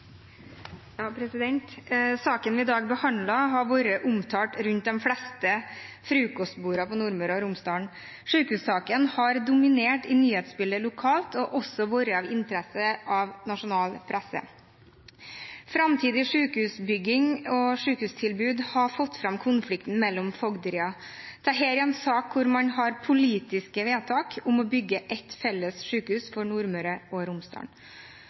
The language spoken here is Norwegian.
Saken vi i dag behandler, har vært omtalt rundt de fleste frokostbordene på Nordmøre og i Romsdal. Sykehussaken har dominert nyhetsbildet lokalt og også vært av interesse for nasjonal presse. Framtidig sykehusbygging og sykehustilbud har fått fram konflikten mellom fogderiene. Dette er en sak hvor man har politiske vedtak om å bygge ett felles sykehus for Nordmøre og Romsdal.